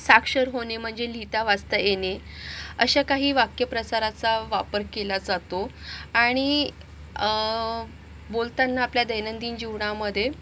साक्षर होणे म्हणजे लिहिता वाचता येणे अशा काही वाक्यप्रसाराचा वापर केला जातो आणि बोलताना आपल्या दैनंदिन जीवनामध्ये